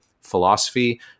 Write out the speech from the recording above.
philosophy